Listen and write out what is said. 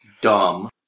Dumb